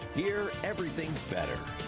here, everything's better.